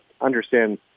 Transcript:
understand